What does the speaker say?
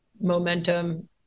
momentum